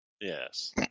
Yes